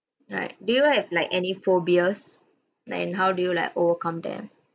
right do you have like any phobias and how do you like overcome them